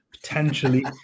potentially